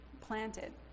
planted